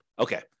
Okay